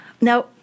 Now